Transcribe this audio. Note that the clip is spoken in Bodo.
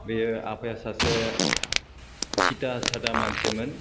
बेयो आफाया सासे सिदा सादा मानसिमोन